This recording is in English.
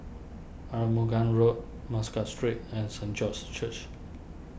Arumugam Road Muscat Street and Saint George's Church